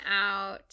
out